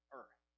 earth